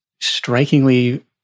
strikingly